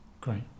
Great